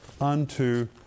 unto